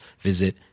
visit